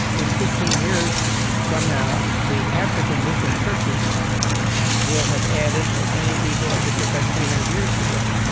in fifteen years from now, the african lutheran churches will have added as many people as it took us three hundred years to get.